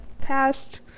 past